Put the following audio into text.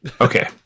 Okay